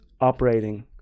operating